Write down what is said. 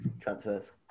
transfers